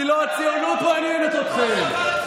כי לא הציונות מעניינת אתכם.